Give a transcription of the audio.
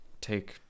take